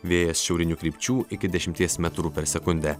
vėjas šiaurinių krypčių iki dešimties metrų per sekundę